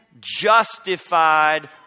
justified